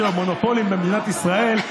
יש היום מונופולים במדינת ישראל.